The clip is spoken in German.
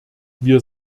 wir